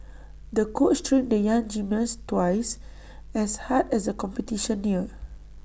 the coach trained the young gymnast twice as hard as the competition neared